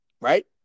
Right